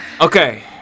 Okay